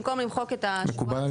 במקום למחוק את השורות,